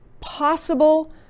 possible